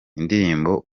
indirimbo